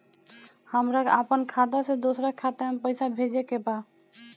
हमरा आपन खाता से दोसरा खाता में पइसा भेजे के बा